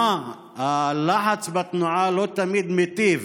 והלחץ בתנועה לא תמיד מיטיב